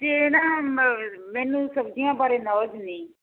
ਅਤੇ ਨਾ ਮੈਨੂੰ ਸਬਜ਼ੀਆਂ ਬਾਰੇ ਨੋਲਜ ਨਹੀਂ